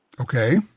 Okay